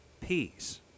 peace